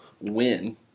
win